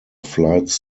flights